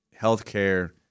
healthcare